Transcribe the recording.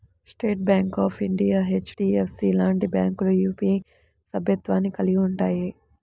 state bank of India, HDFC లాంటి బ్యాంకులు UPI సభ్యత్వాన్ని కలిగి ఉంటయ్యి